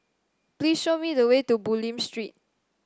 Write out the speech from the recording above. please show me the way to Bulim Street